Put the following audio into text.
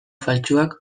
faltsuak